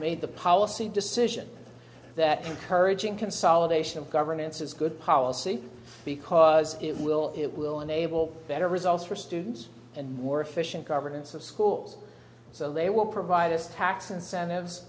made the policy decision that encouraging consolidation of governance is good policy because it will it will enable better results for students and more efficient governance of schools so they will provide us tax